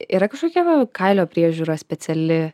yra kažkokia va kailio priežiūra speciali